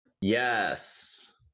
Yes